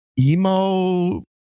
emo